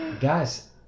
Guys